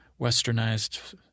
westernized